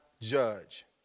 judge